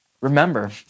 Remember